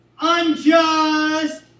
unjust